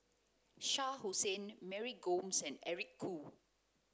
Shah Hussain Mary Gomes and Eric Khoo